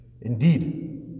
Indeed